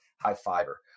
high-fiber